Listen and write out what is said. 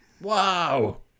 wow